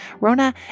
Rona